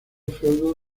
feudo